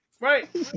right